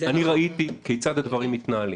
ראיתי כיצד הדברים מתנהלים.